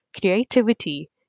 creativity